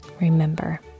Remember